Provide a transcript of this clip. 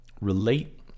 relate